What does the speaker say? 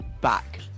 back